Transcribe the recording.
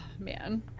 man